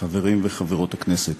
חברי וחברות הכנסת,